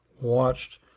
watched